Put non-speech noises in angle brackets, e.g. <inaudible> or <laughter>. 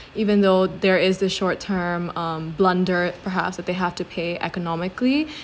<breath> even though there is the short term um blunder perhaps that they have to pay economically